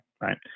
Right